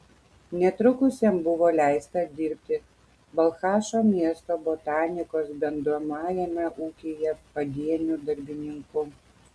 netrukus jam buvo leista dirbti balchašo miesto botanikos bandomajame ūkyje padieniu darbininku